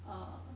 uh